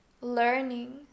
learning